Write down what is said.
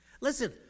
Listen